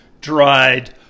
dried